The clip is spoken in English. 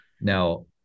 now